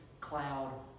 cloud